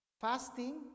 fasting